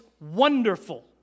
wonderful